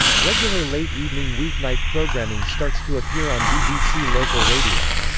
regular late evening weeknight programming starts to appear on bbc local radio.